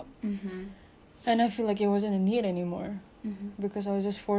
cause I was just forcing myself to do it and stay like a number below fifty